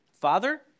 Father